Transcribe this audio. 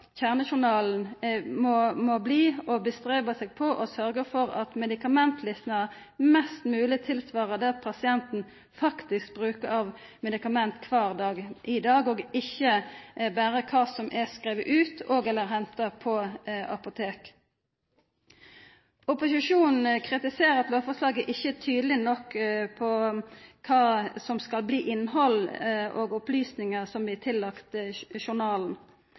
kjernejournalen må bli å streva etter at medikamentlista mest mogleg tilsvarar det pasienten faktisk brukar av medikament kvar dag, og ikkje berre kva som er skrive ut og/eller henta ut på apotek. Opposisjonen kritiserer at lovforslaget ikkje er tydeleg nok på innhald og opplysningar i journalen. Eg synest at proposisjonen lagar gode rammer for det som